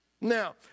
Now